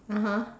(uh huh)